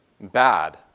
bad